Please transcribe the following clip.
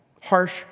Harsh